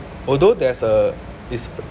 although there's a is